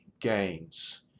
gains